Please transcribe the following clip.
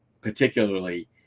particularly